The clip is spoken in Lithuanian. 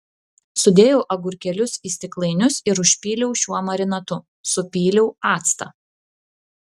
sudėjau agurkėlius į stiklainius ir užpyliau šiuo marinatu supyliau actą